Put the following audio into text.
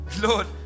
Lord